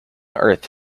earth